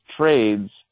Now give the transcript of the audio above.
trades